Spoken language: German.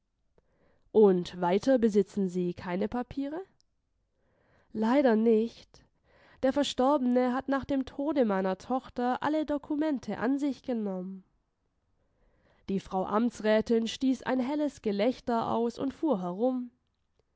und weiter besitzen sie keine papiere leider nicht der verstorbene hat nach dem tode meiner tochter alle dokumente an sich genommen die frau amtsrätin stieß ein helles gelächter aus und fuhr herum